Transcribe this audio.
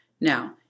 Now